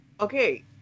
Okay